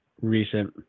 Recent